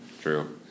true